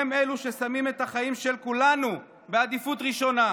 הם שמים את החיים של כולנו בעדיפות ראשונה,